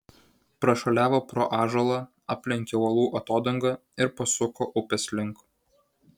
prašuoliavo pro ąžuolą aplenkė uolų atodangą ir pasuko upės link